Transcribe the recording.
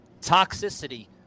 toxicity